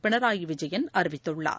பினராயி விஜயன் அறிவித்துள்ளார்